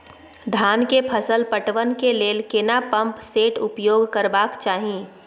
धान के फसल पटवन के लेल केना पंप सेट उपयोग करबाक चाही?